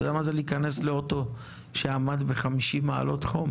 אתה יודע מה זה להיכנס לאוטו שעמד ב-50 מעלות חום?